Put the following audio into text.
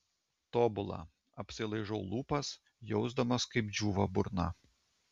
tobula apsilaižau lūpas jausdamas kaip džiūva burna